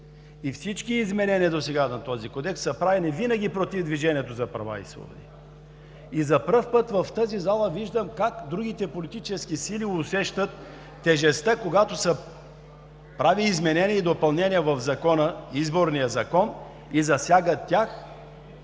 и всички изменения досега на този кодекс са правени винаги против „Движението за права и свободи“. За първи път в тази зала виждам как другите политически сили усещат тежестта, когато се прави изменение и допълнение в Изборния закон и засяга тях,